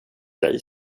dig